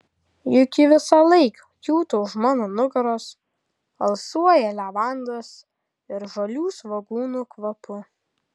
juk ji visąlaik kiūto už mano nugaros alsuoja levandos ir žalių svogūnų kvapu